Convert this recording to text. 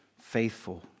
faithful